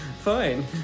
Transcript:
Fine